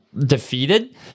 defeated